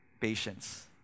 patience